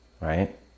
right